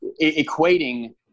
equating